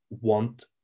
want